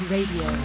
Radio